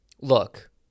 Look